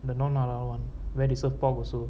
the non halal one where they serve pork also